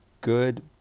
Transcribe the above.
good